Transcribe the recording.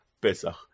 Pesach